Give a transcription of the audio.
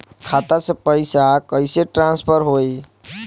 खाता से पैसा कईसे ट्रासर्फर होई?